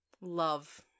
love